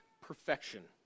perfection